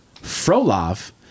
Frolov